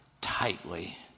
tightly